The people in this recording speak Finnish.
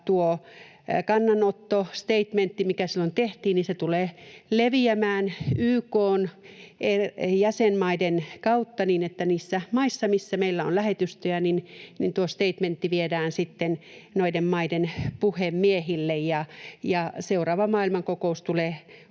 Kannanotto, statement, mikä silloin tehtiin, tulee leviämään YK:n jäsenmaiden kautta niin, että niissä maissa, missä meillä on lähetystöjä, tuo statement viedään sitten noiden maiden puhemiehille, ja seuraava maailmankokous tulee olemaan